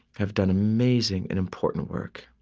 have done amazing and important work.